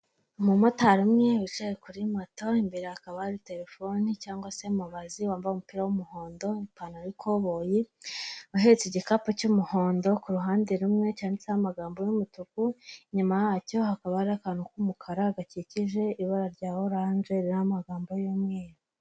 Umumotari umwe wicaye kuri mato imbere hakaba hari terefoni cyangwa se mubazi wambaye umupira w'umuhondo n'ipantaro y'ikoboyi, ahetse igikapu cy'umuhondo k'uruhande rumwe cyanditseho amagambo y'umutuku inyuma yacyo hakaba ari akantu k'umukara gakikije ibara rya orange riririmo amagambo y'umweru.